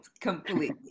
completely